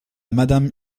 madame